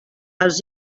els